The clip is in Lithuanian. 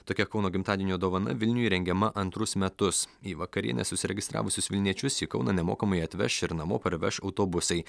tokia kauno gimtadienio dovana vilniui rengiama antrus metus į vakarienes užsiregistravusius vilniečius į kauną nemokamai atveš ir namo parveš autobusai